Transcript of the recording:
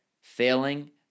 failing